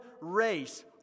race